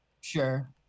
sure